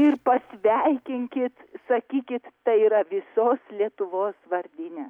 ir pasveikinkit sakykit tai yra visos lietuvos vardinės